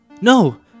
No